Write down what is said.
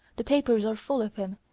the papers are full of him,